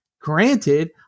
Granted